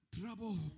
trouble